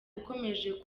ukomeje